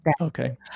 Okay